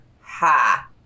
Ha